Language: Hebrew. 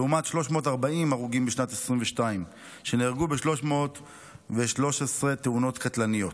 לעומת 340 הרוגים בשנת 2022 שנהרגו ב-313 תאונות קטלניות.